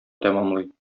тәмамлый